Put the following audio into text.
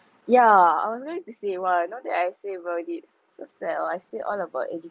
yeah I was going to say !whoa! now that I think about it so sad orh I say all about educa~